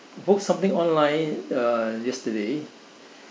book something online uh yesterday